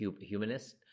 humanist